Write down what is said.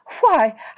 Why